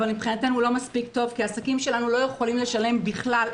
מבחינתנו הוא לא מספיק טוב כי העסקים שלנו לא יכולים לשלם בכלל.